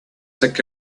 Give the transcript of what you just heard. sick